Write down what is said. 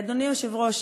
אדוני היושב-ראש,